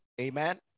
amen